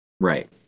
right